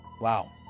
wow